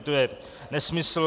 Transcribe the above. To je nesmysl.